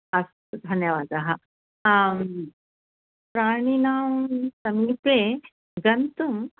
अस्तु धन्यवादः आं प्राणिनां समीपे गन्तुं